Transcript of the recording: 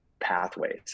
pathways